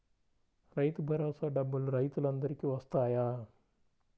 రైతు భరోసా డబ్బులు రైతులు అందరికి వస్తాయా?